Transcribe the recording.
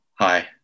hi